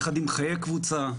יחד עם חיי קבוצה.